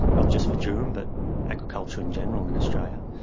not just for durum but agriculture in general in australia,